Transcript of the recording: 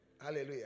Hallelujah